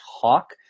talk